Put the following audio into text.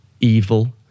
evil